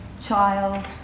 child